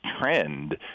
trend